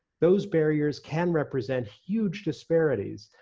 those barriers can represent huge disparities,